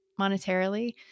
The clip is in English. monetarily